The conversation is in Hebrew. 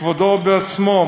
בכבודו ובעצמו,